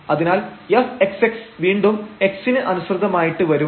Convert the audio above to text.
അതിനാൽ fxx വീണ്ടും x ന് അനുസൃതമായിട്ട് വരും